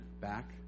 back